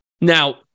Now